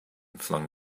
flung